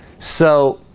so